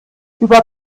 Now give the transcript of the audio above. über